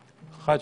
אני חושב, אחרי